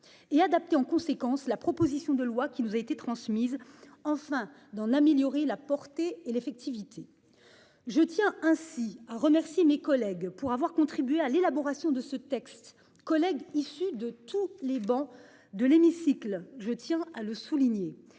et adapter en conséquence la proposition de loi qui nous a été transmise enfin d'en améliorer la portée et l'effectivité. Je tient ainsi à remercier mes collègues pour avoir contribué à l'élaboration de ce texte collègues issus de tous les bancs de l'hémicycle, je tiens à le souligner